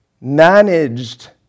managed